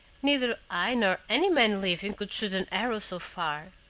neither i nor any man living could shoot an arrow so far,